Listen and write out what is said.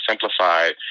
simplified